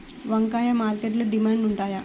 వంకాయలు మార్కెట్లో డిమాండ్ ఉంటాయా?